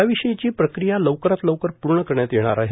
याविषयीची प्रक्रिया लवकरात लवकर पूर्ण करण्यात येणार आहे